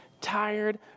tired